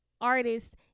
artists